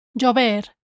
llover